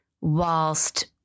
whilst